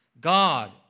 God